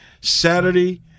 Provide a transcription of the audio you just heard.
Saturday